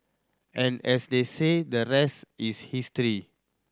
and as they say the rest is history